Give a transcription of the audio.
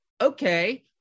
okay